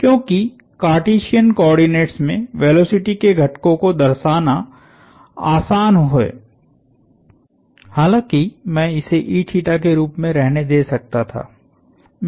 क्योंकि Cartesian coordinates में velocity के घटकों को दर्शाना आसान है हालांकि मैं इसे के रूप में रहने दे सकता था